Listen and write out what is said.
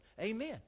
Amen